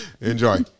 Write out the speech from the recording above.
Enjoy